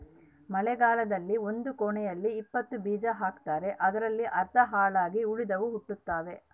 ಮಳೆಗಾಲದಲ್ಲಿ ಒಂದು ಕುಣಿಯಲ್ಲಿ ಇಪ್ಪತ್ತು ಬೀಜ ಹಾಕ್ತಾರೆ ಅದರಲ್ಲಿ ಅರ್ಧ ಹಾಳಾಗಿ ಉಳಿದವು ಹುಟ್ಟುತಾವ